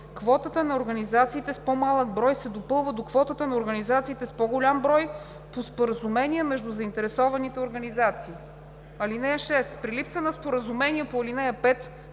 квотата на организациите с по-малък брой се допълва до квотата на организациите с по-голям брой по споразумение между заинтересованите организации. (6) При липса на споразумение по ал. 5